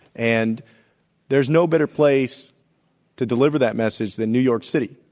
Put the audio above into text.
and there's no better place to deliver that message than new york city,